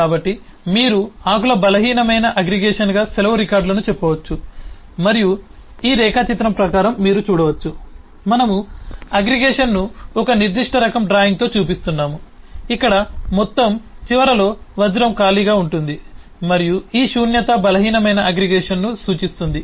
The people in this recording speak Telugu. కాబట్టి మీరు ఆకుల బలహీనమైన అగ్రిగేషన్గా సెలవు రికార్డులను చెప్పవచ్చు మరియు ఈ రేఖాచిత్రం ప్రకారం మీరు చూడవచ్చు మనము ఈ అగ్రిగేషన్ను ఒక నిర్దిష్ట రకం డ్రాయింగ్తో చూపిస్తున్నాము ఇక్కడ మొత్తం చివరలో వజ్రం ఖాళీగా ఉంటుంది మరియు ఈ శూన్యత బలహీనమైన అగ్రిగేషన్ను సూచిస్తుంది